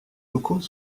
locaux